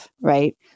right